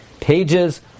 pages